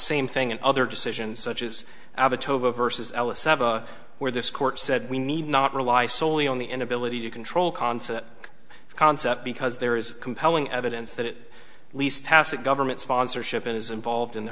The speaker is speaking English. same thing and other decisions such as abba tova verses where this court said we need not rely solely on the inability to control concept concept because there is compelling evidence that it least tacit government sponsorship is involved in the